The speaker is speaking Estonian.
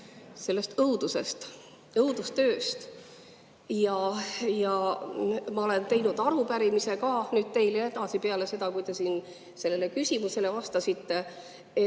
sellest õudusest, õuduste ööst. Ma olen teinud arupärimise ka nüüd teile, peale seda, kui te siin sellele küsimusele vastasite, et